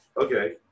okay